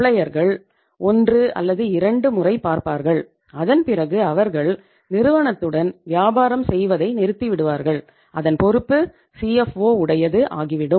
சப்ளையர்கள் உடையது ஆகிவிடும்